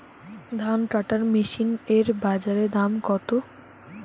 ধান কাটার মেশিন এর বাজারে দাম কতো?